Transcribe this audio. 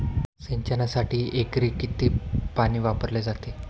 सिंचनासाठी एकरी किती पाणी वापरले जाते?